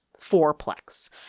fourplex